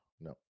No